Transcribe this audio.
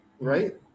Right